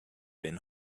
been